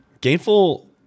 Gainful